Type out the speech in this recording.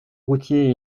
routier